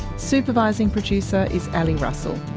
supervising producer is ali russell.